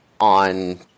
on